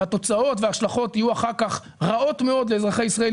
והתוצאות וההשלכות יהיו אחר כך רעות מאוד לאזרחי ישראל,